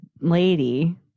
lady